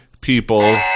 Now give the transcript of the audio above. people